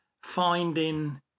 finding